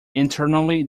internally